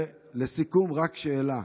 ולסיכום, רק שאלה: